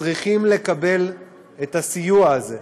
צריכים לקבל את הסיוע הזה.